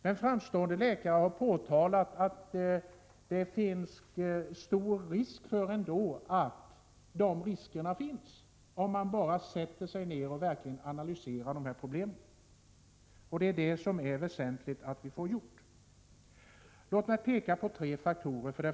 Men framstående läkare har framhållit att dessa risker med stor sannolikhet finns — om man bara sätter sig ner och verkligen analyserar problemen. Det är därför väsentligt att vi får detta gjort. Prot. 1985/86:98 Låt mig peka på tre faktorer.